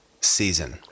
season